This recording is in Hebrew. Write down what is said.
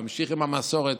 להמשיך עם המסורת.